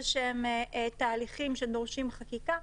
תהליכים שדורשים חקיקה?